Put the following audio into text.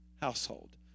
household